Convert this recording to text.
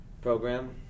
program